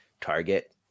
Target